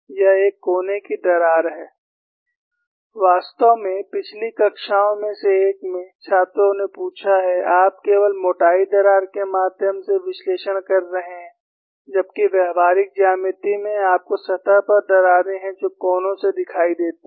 यह एक कोने की दरार है वास्तव में पिछली कक्षाओं में से एक में छात्रों ने पूछा है आप केवल मोटाई दरार के माध्यम से विश्लेषण कर रहे हैं जबकि सभी व्यावहारिक ज्यामिति में आपको सतह पर दरारें हैं जो कोनों से दिखाई देती हैं